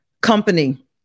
company